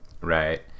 Right